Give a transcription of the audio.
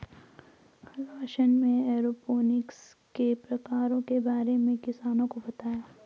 रौशन ने एरोपोनिक्स के प्रकारों के बारे में किसानों को बताया